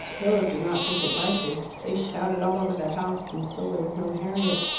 philip did not think it likely. they shouted all over the house and still there was no harriet.